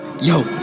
Yo